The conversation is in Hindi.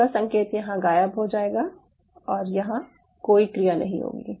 आपका संकेत यहां गायब हो जाएगा और यहां कोई क्रिया नहीं होगी